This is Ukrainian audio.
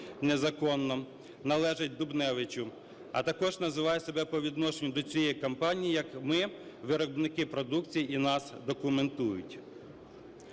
незаконно, - належить Дубневичу, а також називає себе по відношенню до цієї компанії, як "ми виробники продукції і нас документують".